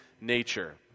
nature